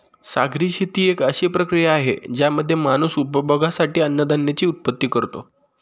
सागरी शेती एक अशी प्रक्रिया आहे ज्यामध्ये माणूस उपभोगासाठी अन्नधान्याची उत्पत्ति करतो